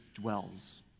dwells